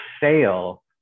fail